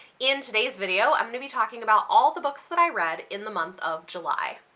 in today's video i'm going to be talking about all the books that i read in the month of july.